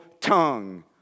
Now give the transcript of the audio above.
tongue